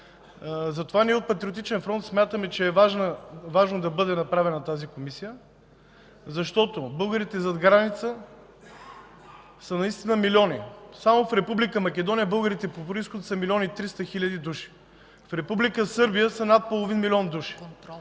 произход. От Патриотичния фронт смятаме, че е важно да бъде създадена тази комисия, защото българите зад граница са наистина милиони. Само в Република Македония българите по произход са 1 млн. 300 хил. души. В Република Сърбия са над половин милион души.